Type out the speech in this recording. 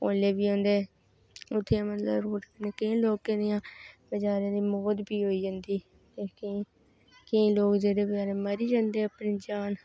ओह्ले भी उंदे केईं लोकें दियां बचारे दियां मौत बी होई जंदी ते केईं लोक जेह्ड़े बचैरे मरी जंदे अपनी जान